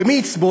ומי יסבול?